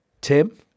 Tim